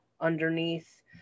underneath